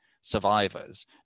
survivors